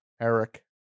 Eric